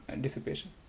dissipation